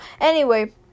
Anyway-